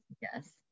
Yes